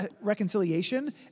reconciliation